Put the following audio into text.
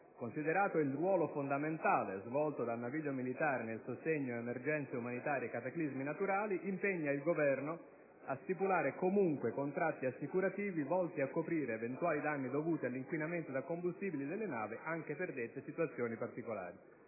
considerato il ruolo fondamentale svolto dal naviglio militare nel sostegno a emergenze umanitarie e cataclismi naturali, impegna il Governo: a stipulare comunque contratti assicurativi volti a coprire eventuali danni dovuti all'inquinamento da combustibile delle navi anche per dette situazioni particolari».